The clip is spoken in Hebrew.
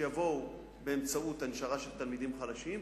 שיבואו באמצעות הנשרה של תלמידים חלשים.